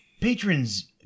Patrons